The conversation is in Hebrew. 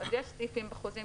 סעיפים בחוזים,